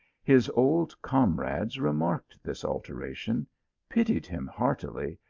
his old comrades remarked this alteration pitied him heartily,